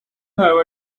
have